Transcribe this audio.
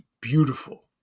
beautiful